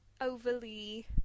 overly